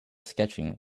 sketching